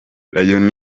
lion